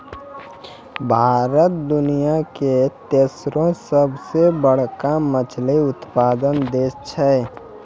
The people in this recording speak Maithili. भारत दुनिया के तेसरो सभ से बड़का मछली उत्पादक देश छै